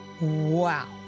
Wow